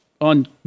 on